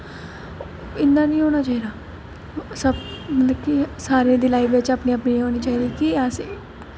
इ'यां निं होना चाहिदा मतलब कि सारें दी लाइफ बिच अपनी अपनी होनी चाहिदी कि अस